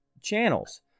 channels